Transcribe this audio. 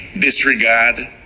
disregard